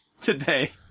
today